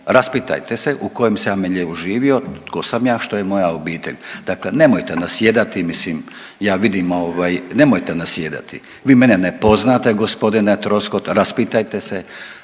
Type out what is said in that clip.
Raspitajte se u kojem sam ja miljeu živio, to sam ja, što je moja obitelj. Dakle, nemojte nasjedati mislim ja vidim nemojte nasjedati. Vi mene ne poznate g. Troskot, raspitajte se